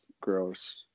gross